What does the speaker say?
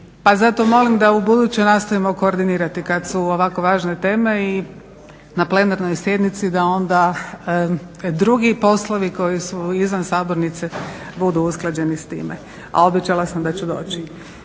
zato molim da ubuduće nastojimo koordinirati kad su ovako važne teme i na plenarnoj sjednici, da onda drugi poslovi koji su izvan sabornice budu usklađeni s time, a obećala sam da ću doći.